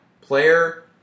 player